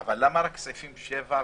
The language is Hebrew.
אבל למה רק סעיפים 7 ו-15?